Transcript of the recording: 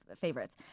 favorites